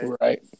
right